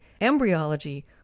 embryology